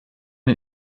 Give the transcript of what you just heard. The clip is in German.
den